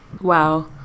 wow